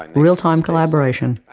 like real time collaboration,